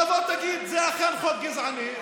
תבוא ותגיד: זה אכן חוק גזעני,